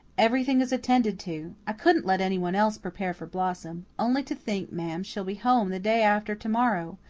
everything is attended to. i couldn't let anyone else prepare for blossom. only to think, ma'am, she'll be home the day after to-morrow.